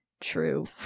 true